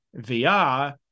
VR